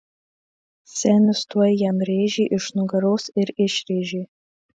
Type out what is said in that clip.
senis tuoj jam rėžį iš nugaros ir išrėžė